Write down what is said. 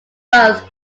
both